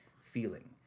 feeling